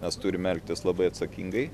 mes turime elgtis labai atsakingai